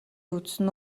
үзсэн